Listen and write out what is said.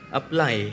apply